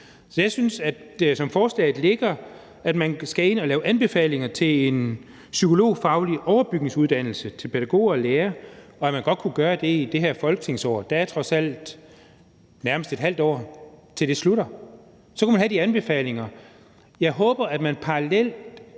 nødvendigt. Som forslaget ligger, skal man lave anbefalinger til en psykologfaglig overbygningsuddannelse for pædagoger og lærere, og det synes jeg godt man kunne gøre det i det her folketingsår, for der er trods alt nærmest et halvt år til, at det slutter. Så kunne man have de anbefalinger. Jeg håber, at man parallelt